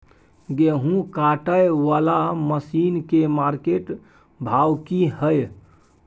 गेहूं काटय वाला मसीन के मार्केट भाव की हय?